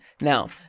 Now